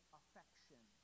affection